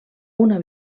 una